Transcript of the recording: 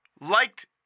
liked